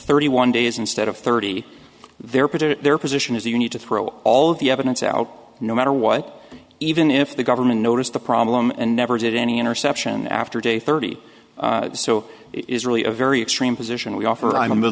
thirty one days instead of thirty their protests their position is you need to throw all the evidence out no matter what even if the government noticed the problem and never did any interception after day thirty so it is really a very extreme position we offer i'm a